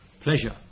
pleasure